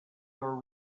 your